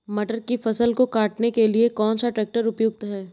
मटर की फसल को काटने के लिए कौन सा ट्रैक्टर उपयुक्त है?